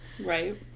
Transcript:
Right